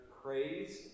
praise